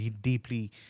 deeply